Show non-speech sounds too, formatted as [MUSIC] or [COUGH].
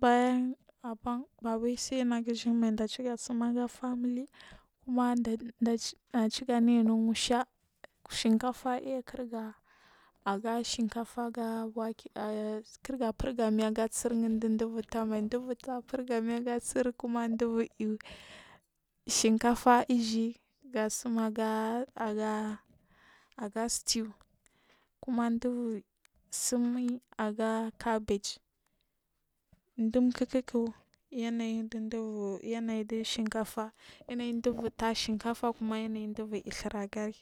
Bayan aban bawai sai negu jiyin mmai ɗachi ga tsum agafamily kuma [HESITATION] vciga nigy nu musha shinkafa viya kirga aga shinka faga wake kirga furgami aga tsir ɗinɗubu taah mai ɗubur taah fur gami aga tsir kuma vubur aiyu shinkafa ijin gasimm aga aga stew kuma ɗubur simuyi aga kabege ɗum kik ku yanayin vun ɗua shinkafa yana yi ɗubur tah shinkafa kumayana yi dubur aiy thur agari